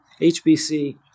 HBC